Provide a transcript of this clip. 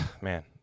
man